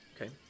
okay